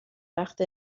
وقت